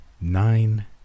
Nine